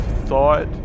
thought